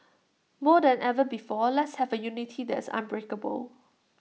more than ever before let's have A unity that is unbreakable